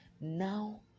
Now